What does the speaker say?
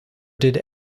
did